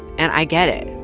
and i get it.